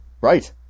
Right